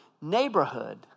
neighborhood